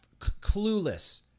clueless